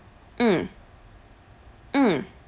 mm mm